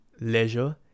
leisure